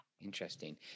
Interesting